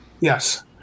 Yes